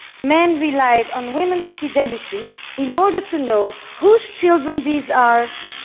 men relied on women's fidelity in order to know whose children these are,